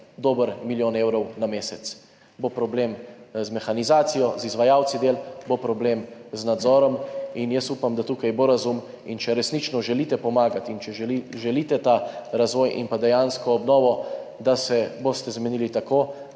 dober milijon evrov na mesec. Bo problem z mehanizacijo, z izvajalci del, bo problem z nadzorom. Jaz upam, da tukaj bo razum, in če resnično želite pomagati in če želite ta razvoj in dejansko obnovo, da se boste zmenili tako,